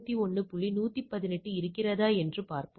118 இருக்கிறதா என்று பார்ப்போம்